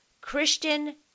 Christian